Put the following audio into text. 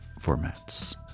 formats